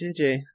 JJ